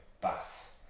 Bath